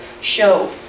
show